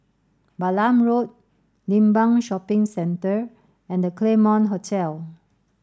Balam Road Limbang Shopping Centre and The Claremont Hotel